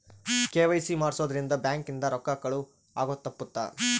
KYC ಮಾಡ್ಸೊದ್ ರಿಂದ bank ಇಂದ ರೊಕ್ಕ ಕಳುವ್ ಆಗೋದು ತಪ್ಪುತ್ತ